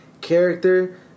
character